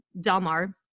Delmar